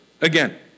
again